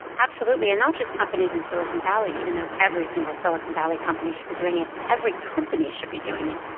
absolutely, and not just companies in silicon valley, even though every single silicon valley company should be doing it. every company should be doing it.